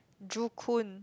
Joo-Koon